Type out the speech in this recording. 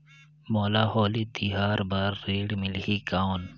मोला होली तिहार बार ऋण मिलही कौन?